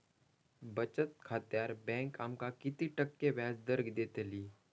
बचत खात्यार बँक आमका किती टक्के व्याजदर देतली?